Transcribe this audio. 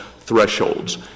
thresholds